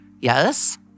Yes